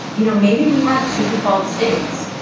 you know maybe we have two default states,